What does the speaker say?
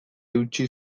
eutsi